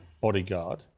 bodyguard